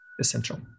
essential